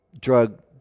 drug